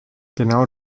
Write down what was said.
genau